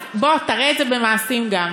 אז בוא תראה את זה במעשים גם.